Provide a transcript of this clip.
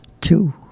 two